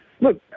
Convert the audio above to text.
look